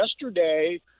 yesterday